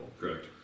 correct